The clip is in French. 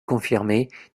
confirmée